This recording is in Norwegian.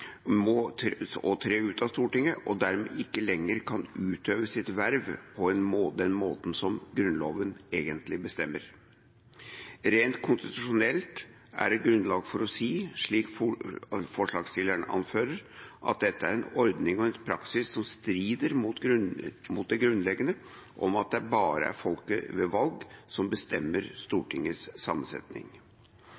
tre ut av Stortinget og dermed ikke lenger kan utøve sitt verv på den måten som Grunnloven egentlig bestemmer. Rent konstitusjonelt er det grunnlag for å si, slik forslagsstillerne anfører, at dette er en ordning og en praksis som strider mot det grunnleggende om at det bare er folket ved valg som bestemmer